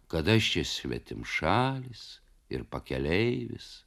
kad aš čia svetimšalis ir pakeleivis